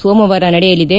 ಸೋಮವಾರ ನಡೆಯಲಿದೆ